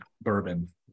bourbon